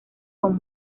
con